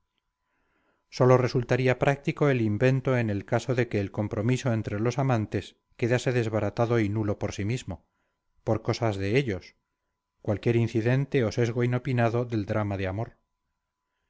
dictaban sólo resultaría práctico el invento en el caso de que el compromiso entre los amantes quedase desbaratado y nulo por sí mismo por cosas de ellos cualquier incidente o sesgo inopinado del drama de amor